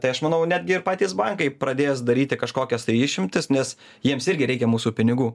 tai aš manau netgi ir patys bankai pradės daryti kažkokias išimtis nes jiems irgi reikia mūsų pinigų